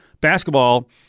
basketball